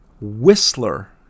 whistler